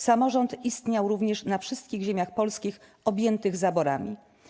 Samorząd istniał również na wszystkich ziemiach polskich objętych zaborami.